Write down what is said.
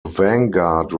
vanguard